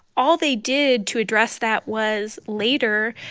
all they did to address that was, later,